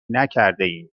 نکردهایم